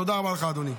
תודה רבה לך, אדוני.